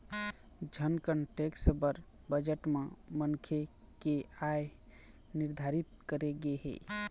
income tax बर budget म मनखे के आय निरधारित करे गे हे